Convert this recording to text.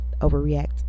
overreact